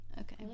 Okay